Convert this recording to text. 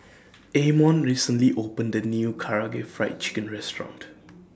Amon recently opened A New Karaage Fried Chicken Restaurant